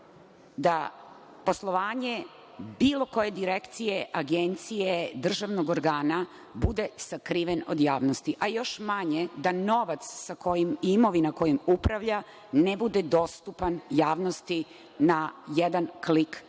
da poslovanje bilo koje direkcije, agencije, državnog organa bude sakriven od javnosti, a još manje da novac sa kojim imovina kojom upravlja ne bude dostupan javnosti na jedan klik mišem.